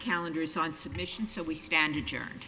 calendars on submission so we stand you jer